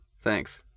Thanks